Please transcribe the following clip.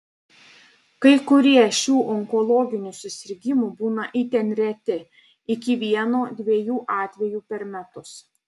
kai kurie šių onkologinių susirgimų būna itin reti iki vieno dviejų atvejų per metus